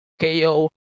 KO